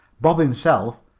bob himself,